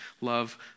love